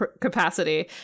capacity